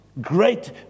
great